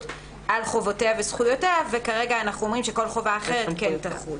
על חובותיה וזכויותיה וכרגע אנחנו אומרים שכל חובה אחרת כן תחול.